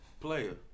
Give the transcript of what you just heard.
Player